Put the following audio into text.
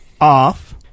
off